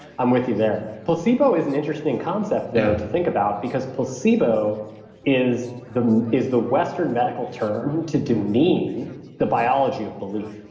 i'm with you there. placebo is an interesting concept though, to think about, because placebo is the is the western medical term to demean the biology of belief,